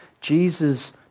Jesus